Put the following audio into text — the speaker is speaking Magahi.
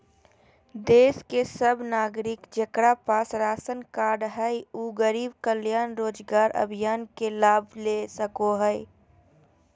देश के सब नागरिक जेकरा पास राशन कार्ड हय उ गरीब कल्याण रोजगार अभियान के लाभ ले सको हय